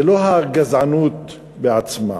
זו לא הגזענות בעצמה.